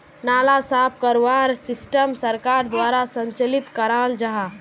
नाला साफ करवार सिस्टम सरकार द्वारा संचालित कराल जहा?